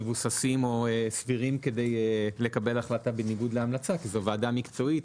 מבוססים או סבירים כדי לקבל החלטה בניגוד להמלצה כי זו ועדה מקצועית.